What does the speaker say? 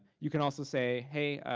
you can also say, hey,